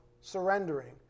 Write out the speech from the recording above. surrendering